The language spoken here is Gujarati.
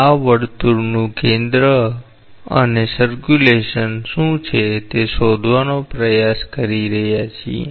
આ વર્તુળનું કેન્દ્ર છે અને પરિભ્રમણ શું છે તે શોધવાનો પ્રયાસ કરી રહ્યા છીએ